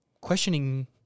questioning